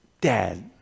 Dad